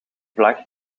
vlag